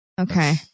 Okay